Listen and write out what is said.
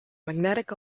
magnetic